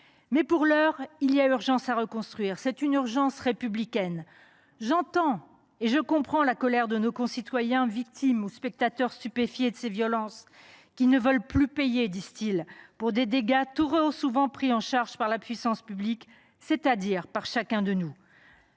Pour l’heure, il y a urgence à reconstruire. C’est une urgence républicaine. J’entends et je comprends la colère de nos concitoyens victimes ou spectateurs stupéfiés de ces violences, qui ne veulent plus payer pour des dégâts trop souvent pris en charge par la puissance publique, c’est à dire par chacun de nous.